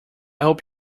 hope